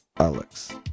Alex